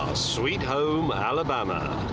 sweet home alabama.